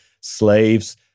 slaves